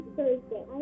Thursday